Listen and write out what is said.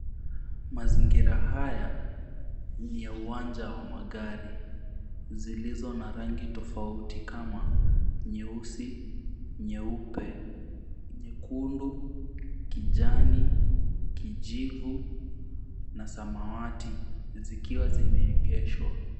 Mazingira haya ni ya uwanja wa magari zilizo na rangi tofauti kama nyeusi, nyeupe, nyekundu, kijani, kijivu na samawati zikiwa zimeegeshwa.